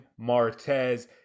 Martez